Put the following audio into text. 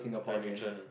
I'm neutral